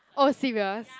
oh serious